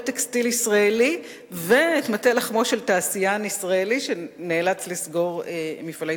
טקסטיל ישראלי ואת מטה לחמו של תעשיין ישראלי שנאלץ לסגור מפעלי